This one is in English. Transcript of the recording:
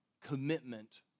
commitment